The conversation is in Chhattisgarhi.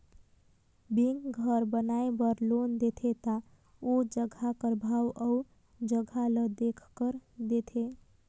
बेंक घर बनाए बर लोन देथे ता ओ जगहा कर भाव अउ जगहा ल देखकर देथे